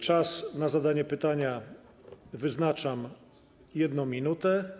Czas na zadanie pytania wyznaczam na 1 minutę.